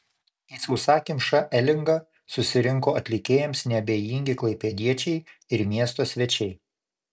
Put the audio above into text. į sausakimšą elingą susirinko atlikėjams neabejingi klaipėdiečiai ir miesto svečiai